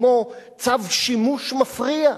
כמו צו שימוש מפריע,